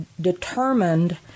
determined